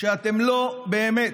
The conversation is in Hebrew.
שאתם לא באמת,